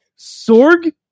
Sorg